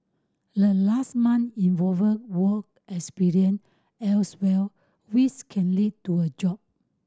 the last month involve work experience elsewhere which can lead to a job